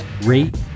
rate